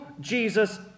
Jesus